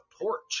porch